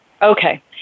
Okay